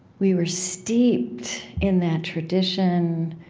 we were steeped in that tradition,